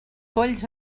polls